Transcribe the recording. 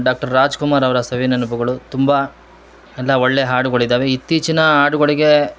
doctor Raj Kumar ಅವರ ಸವಿನೆನುಪುಗಳು ತುಂಬಾ ಎಲ್ಲಾ ಒಳ್ಳೆಯ ಹಾಡುಗಳಿದಾವೆ ಇತ್ತೀಚಿನಾ ಹಾಡುಗಳಿಗೆ